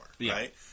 right